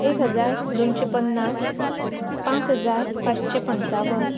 एक हजार दोनशे पन्नास पांच हजार पाचशें पंचावन